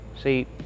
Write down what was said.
see